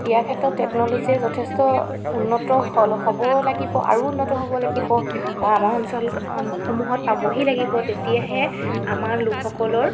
ইয়াৰ ক্ষেত্ৰত টেকনলজিয়ে যথেষ্ট উন্নত হ হ'ব লাগিব আৰু উন্নত হ'ব লাগিব বা আমাৰ অঞ্চলত সমূহত পাবহি লাগিব তেতিয়াহে আমাৰ লোকসকলৰ